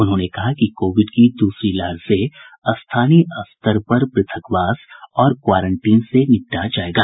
उन्होंने कहा कि कोविड की दूसरी लहर से स्थानीय स्तर पर पृथकवास और क्वारंटीन से निपटा जायेगा